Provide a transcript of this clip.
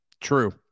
True